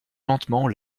lentement